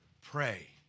Pray